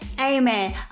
Amen